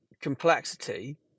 complexity